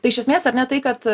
tai iš esmės ar ne tai kad